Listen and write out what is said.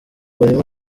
barimo